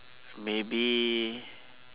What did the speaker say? maybe